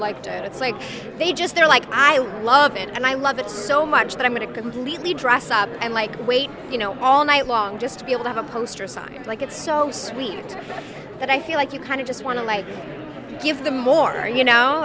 like to it's like they just they're like i love it and i love it so much that i'm going to completely dress up and like wait you know all night long just to be able to have a poster side like it's so sweet that i feel like you kind of just want to like give the more you know